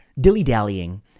dilly-dallying